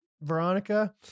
Veronica